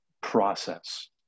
process